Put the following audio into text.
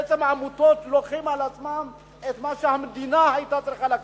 בעצם העמותות לוקחות על עצמן את מה שהמדינה היתה צריכה לקחת.